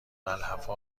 ملحفه